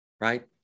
right